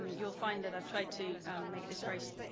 you'll find that i've tried to make this very